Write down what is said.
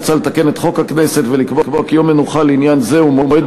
מוצע לתקן את חוק הכנסת ולקבוע כי יום מנוחה לעניין זה הוא מועד